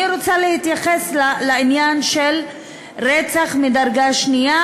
אני רוצה להתייחס לעניין של רצח מדרגה שנייה,